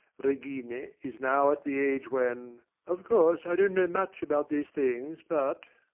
regina is now at the age when of course i don't know much about these things, but